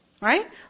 Right